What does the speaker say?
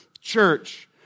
church